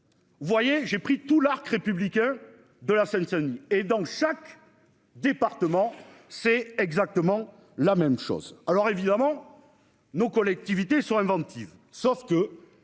Vous voyez j'ai pris tout l'arc républicain de la Seine-Saint-Denis et dans chaque département. C'est exactement. La même chose, alors évidemment nos collectivités sont inventives sauf que